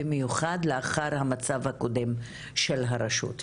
במיוחד לאחר המצב הקודם של הרשות,